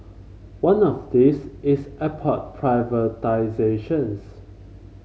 one of these is airport privatisations